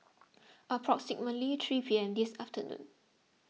approximately three P M this afternoon